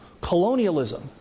colonialism